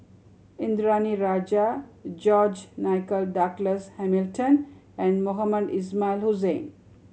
Indranee Rajah George Nigel Douglas Hamilton and Mohamed Ismail Hussain